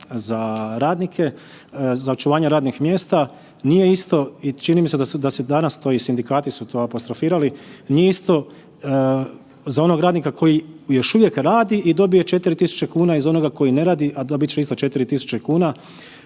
za rednike, za očuvanje radnih mjesta, nije isto i čini mi se da se danas to i sindikati su to apostrofirali, nije isto za onog radnika koji još uvijek radi i dobije 4.000 kuna i za onoga koji ne radi, a dobit će isto 4.000 kuna